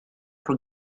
for